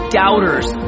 doubters